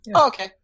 okay